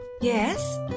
Yes